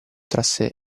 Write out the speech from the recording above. trasse